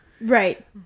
Right